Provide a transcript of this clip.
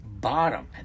bottom